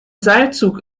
seilzug